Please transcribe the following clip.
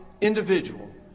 individual